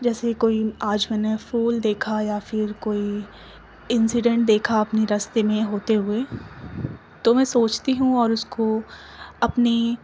جیسے کوئی آج میں نے پھول دیکھا یا پھر کوئی انسیڈنٹ دیکھا اپنے رستے میں ہوتے ہوئے تو میں سوچتی ہوں اور اس کو اپنی